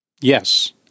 Yes